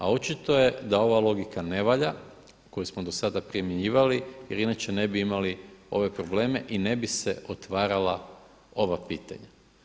A očito je da ova logika ne valja koju smo do sada primjenjivali, jer inače ne bi imali ove probleme i ne bi se otvarala ova pitanja.